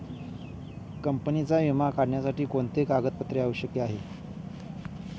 कंपनीचा विमा काढण्यासाठी कोणते कागदपत्रे आवश्यक आहे?